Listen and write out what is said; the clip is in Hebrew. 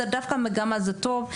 דווקא מבחינה מגמה זה טוב,